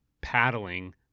paddling